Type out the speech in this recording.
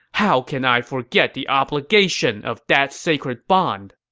how can i forget the obligation of that sacred bond!